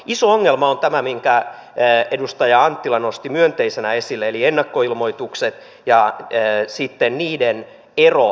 iso ongelma on tämä minkä edustaja anttila nosti myönteisenä esille eli ennakkoilmoitukset ja sitten niiden ero todellisuuteen